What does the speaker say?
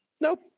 nope